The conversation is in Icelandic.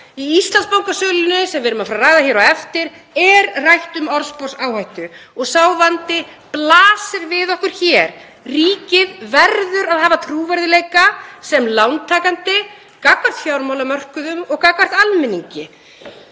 um Íslandsbankasöluna, sem við erum að fara að ræða hér á eftir, er rætt um orðsporsáhættu og sá vandi blasir við okkur hér. Ríkið verður að hafa trúverðugleika sem lántakandi gagnvart fjármálamörkuðum og gagnvart almenningi.